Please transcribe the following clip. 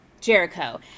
Jericho